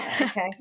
okay